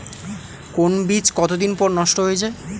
কোন বীজ কতদিন পর নষ্ট হয়ে য়ায়?